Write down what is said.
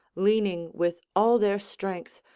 leaning with all their strength,